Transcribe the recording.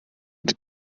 die